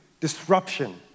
disruption